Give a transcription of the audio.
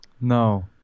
No